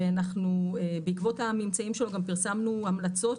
ואנחנו בעקבות הממצאים שלו פרסמנו המלצות